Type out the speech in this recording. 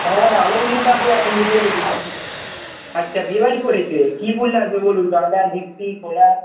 হ্যাঁ অনেক দিন তো আপনি আসেননি বলুন কী আচ্ছা বিয়েবাড়ি পড়েছে কী ফুল লাগবে বলুন গাঁদা জিপসি